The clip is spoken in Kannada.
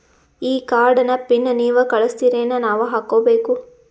ಈ ಕಾರ್ಡ್ ನ ಪಿನ್ ನೀವ ಕಳಸ್ತಿರೇನ ನಾವಾ ಹಾಕ್ಕೊ ಬೇಕು?